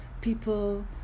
people